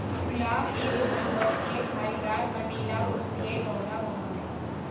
गुलाब एगो बहुवर्षीय, झाड़ीदार, कंटीला, पुष्पीय पौधा होबा हइ